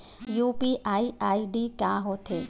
UPI ID का होथे?